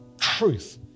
truth